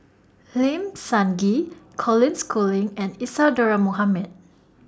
Lim Sun Gee Colin Schooling and Isadhora Mohamed